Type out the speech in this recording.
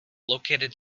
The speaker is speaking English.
located